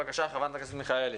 בבקשה, חברת הכנסת מיכאלי.